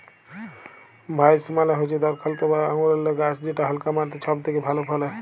ভাইলস মালে হচ্যে দরখলতা বা আঙুরেল্লে গাহাচ যেট হালকা মাটিতে ছব থ্যাকে ভালো ফলে